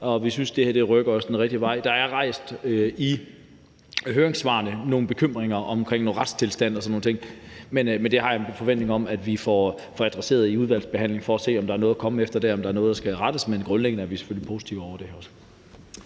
og vi synes, at det her rykker os den rigtige vej. Der er i høringssvarene rejst nogle bekymringer omkring noget retstilstand og sådan nogle ting, men det har jeg en forventning om at vi får adresseret i udvalgsbehandlingen for at se, om der er noget at komme efter der, og om der er noget, der skal rettes. Men grundlæggende er vi selvfølgelig positive over det her også.